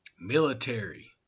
Military